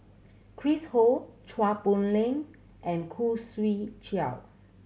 Chris Ho Chua Poh Leng and Khoo Swee Chiow